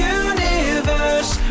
universe